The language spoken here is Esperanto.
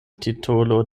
titolo